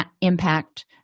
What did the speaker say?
impact